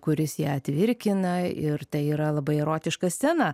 kuris ją tvirkina ir tai yra labai erotiška scena